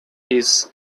his